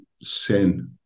sin